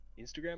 instagram